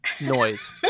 noise